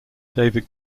david